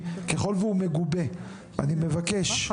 בשמחה אני אעביר אותו.